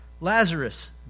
Lazarus